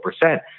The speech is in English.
percent